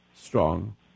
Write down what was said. strong